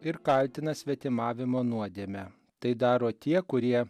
ir kaltina svetimavimo nuodėme tai daro tie kurie